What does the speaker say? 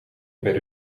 per